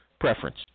preference